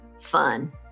fun